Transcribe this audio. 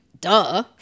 duh